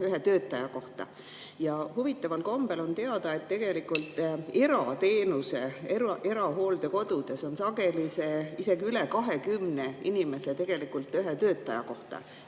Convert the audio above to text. ühe töötaja kohta. Huvitaval kombel on teada, et tegelikult erateenuse korral, erahooldekodudes on sageli isegi üle 20 inimese ühe töötaja kohta.